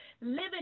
living